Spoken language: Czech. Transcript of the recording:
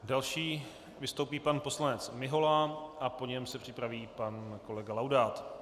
Další vystoupí pan poslanec Mihola a po něm se připraví pan kolega Laudát.